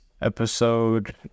episode